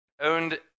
owned